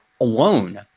alone